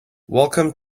welcome